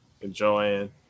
enjoying